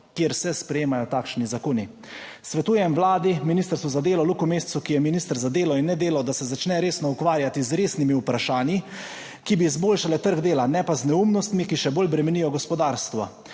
kjer se sprejemajo takšni zakoni. Svetujem Vladi, Ministrstvu za delo, Luku Mescu, ki je minister za delo in nedelo, da se začne resno ukvarjati z resnimi vprašanji, ki bi izboljšale trg dela. Ne pa z neumnostmi, ki še bolj bremenijo gospodarstvo.